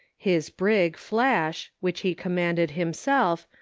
his brig flash, which he commanded himself,